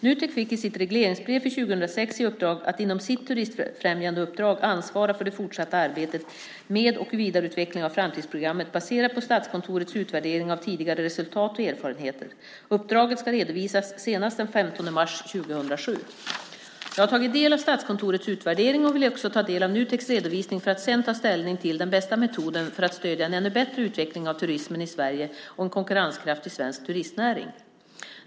Nutek fick i sitt regleringsbrev för 2006 i uppdrag att inom sitt turistfrämjandeuppdrag ansvara för det fortsatta arbetet med och vidareutvecklingen av Framtidsprogrammet, baserat på Statskontorets utvärdering av tidigare resultat och erfarenheter. Uppdraget ska redovisas senast den 15 mars 2007. Jag har tagit del av Statskontorets utvärdering och vill också ta del av Nuteks redovisning för att sedan ta ställning till den bästa metoden för att stödja en ännu bättre utveckling av turismen i Sverige och en konkurrenskraftig svensk turistnäring.